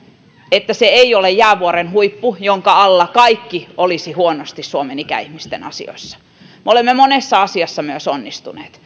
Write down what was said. että se ei ole jäävuoren huippu jonka alla kaikki olisi huonosti suomen ikäihmisten asioissa me olemme monessa asiassa myös onnistuneet